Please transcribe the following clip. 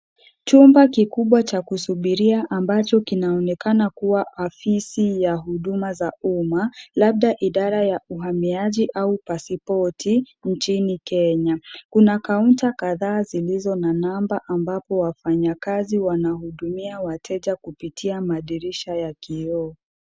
Chumba kikubwa cha kusubiria ambacho kinaonekana kuwa afisi ya huduma za umma, labda idara ya uhamiaji au pasipoti, nchini Kenya. Kuna Counter kadhaa zilizo na namba ambapo wafanyakazi wanahudumia wateja kupitia madirisha ya kioo.